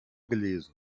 gelesen